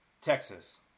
Texas